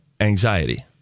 anxiety